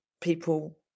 people